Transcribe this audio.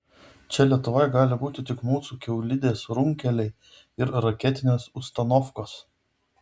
čia lietuvoj gali būti tik mūsų kiaulidės runkeliai ir raketines ustanofkos